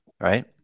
Right